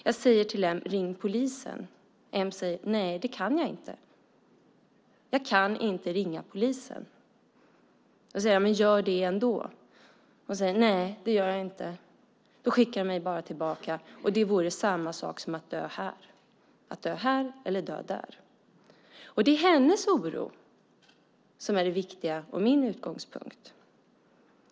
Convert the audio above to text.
Jag säger till M att hon ska ringa polisen. M säger att hon inte kan göra det. Hon kan inte ringa polisen. Jag säger att hon ska göra det ändå. Hon säger nej; de skickar henne tillbaka. Det vore samma sak som att dö här - att dö här eller dö där. Det är hennes oro som är det viktiga och min utgångspunkt.